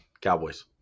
Cowboys